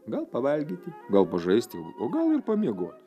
gal pavalgyti gal pažaisti o gal ir pamiegoti